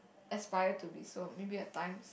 aspire to be so maybe at times